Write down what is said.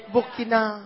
Burkina